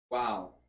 Wow